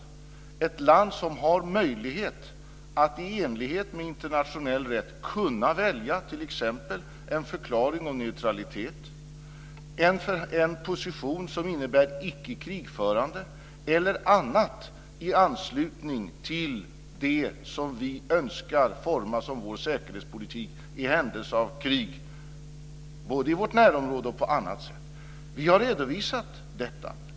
Sverige är ett land som har möjlighet att i enlighet med internationell rätt kunna välja t.ex. en förklaring om neutralitet, en position som innebär att Sverige är icke krigförande land eller annat i anslutning till det som vi önskar forma som vår säkerhetspolitik i händelse av krig. Det gäller både i vårt närområde och på annat sätt. Vi har redovisat detta.